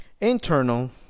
Internal